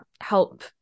help